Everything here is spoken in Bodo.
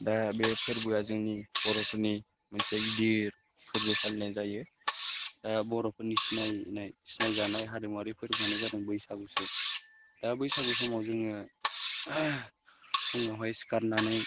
दा बे फोरबोआ जोंनि बर'फोरनि मोनसे गिदिर फोरबो फालिनाय जायो दा बर'फोरनि सिनायजानाय हारिमुआरि फोरबोआनो जादों बैसागुसो दा बैसागु समाव जोङो फुंआवहाय सिखारनानै